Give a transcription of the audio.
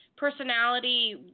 personality